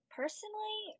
personally